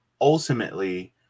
ultimately